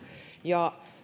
ja